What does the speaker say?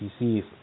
PCs